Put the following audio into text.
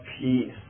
peace